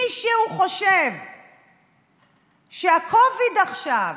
מישהו חושב שה-COVID עכשיו